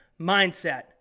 mindset